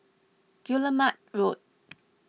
Guillemard Road